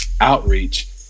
outreach